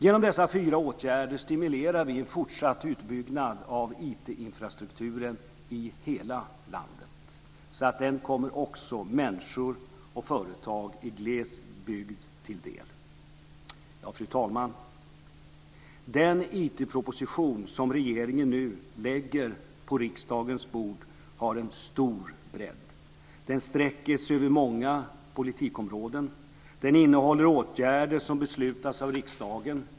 Genom dessa fyra åtgärder stimulerar vi en fortsatt utbyggnad av IT-infrastrukturen i hela landet så att den också kommer människor och företag i glesbygd till del. Fru talman! Den IT-proposition som regeringen nu lägger på riksdagens bord har en stor bredd. Den sträcker sig över många politikområden. Den innehåller åtgärder som beslutas om av riksdagen.